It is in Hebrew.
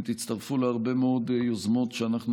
אם תצטרפו להרבה מאוד יוזמות שאנחנו